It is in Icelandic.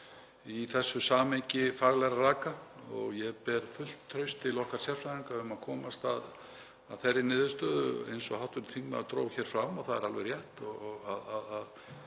í þessu samhengi faglegra raka. Ég ber fullt traust til okkar sérfræðinga um að komast að þeirri niðurstöðu eins og hv. þingmaður dró hér fram. Það er alveg rétt